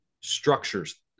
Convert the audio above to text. structures